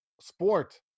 sport